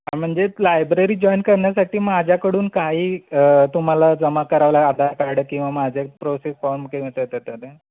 म्हणजे library join करण्यासाठी माझ्याकडून काही तुम्हाला जमा करावला आधार कार्ड किंवा माझ्या प्रोसेस फॉर्म